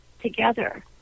together